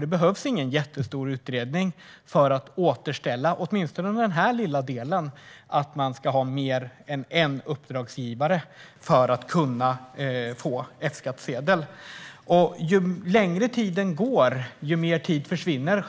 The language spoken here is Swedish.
Det behövs ingen jättestor utredning för att återställa åtminstone den lilla delen att man ska ha mer än en uppdragsgivare för att kunna få F-skattsedel. Ju längre tiden går, desto mer tid försvinner.